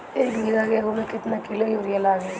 एक बीगहा गेहूं में केतना किलो युरिया लागी?